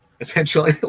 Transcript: essentially